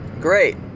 great